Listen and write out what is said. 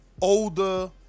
older